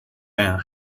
and